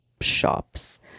shops